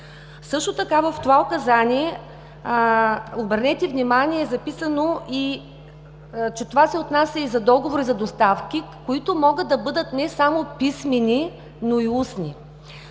Също така в Указанието, обърнете внимание, е записано, че това се отнася и за договори за доставки, които могат да бъдат не само писмени, но и устни.